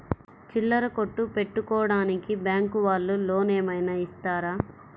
చిల్లర కొట్టు పెట్టుకోడానికి బ్యాంకు వాళ్ళు లోన్ ఏమైనా ఇస్తారా?